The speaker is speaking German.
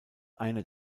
einer